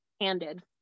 handed